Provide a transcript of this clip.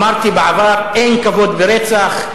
אמרתי בעבר: אין כבוד ברצח,